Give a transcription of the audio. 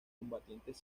combatientes